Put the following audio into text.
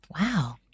Wow